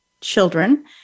children